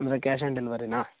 ಅಂದರೆ cash on ಡೆಲ್ವರಿನ